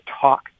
talk